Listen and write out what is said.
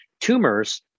tumors